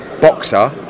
boxer